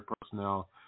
personnel